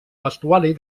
vestuari